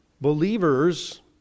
believers